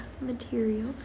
material